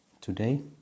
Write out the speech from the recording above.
today